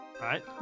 Right